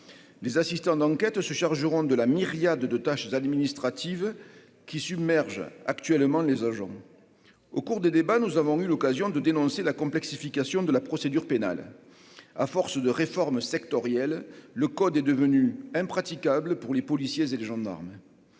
des assistants d'enquête se chargeront de la myriade de tâches administratives qui submerge actuellement les agents au cours des débats, nous avons eu l'occasion de dénoncer la complexification de la procédure pénale, à force de réformes sectorielles, le code est devenue impraticable pour les policiers et les gendarmes